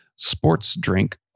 SPORTSDRINK